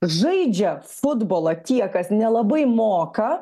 žaidžia futbolą tie kas nelabai moka